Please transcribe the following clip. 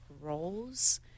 roles